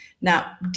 Now